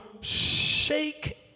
shake